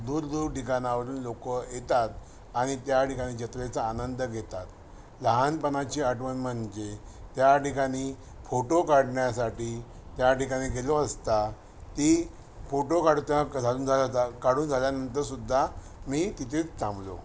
दूर दूर ठिकाणावरून लोक येतात आणि त्याठिकाणी जत्रेचा आनंद घेतात लहानपणाची आठवण म्हणजे त्या ठिकाणी फोटो काढण्यासाठी त्या ठिकाणी गेलो असता ती फोटो काढून झाल्यानंतरसुद्धा मी तिथे थांबलो